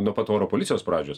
nuo pat oro policijos pradžios